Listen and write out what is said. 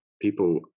people